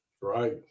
Right